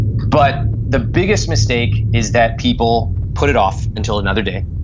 but the biggest mistakes is that people put it off until another day.